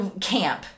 camp